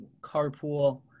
carpool